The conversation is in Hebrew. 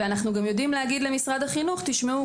אנו גם יודעים לומר למשרד החינוך: פה